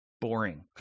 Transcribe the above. boring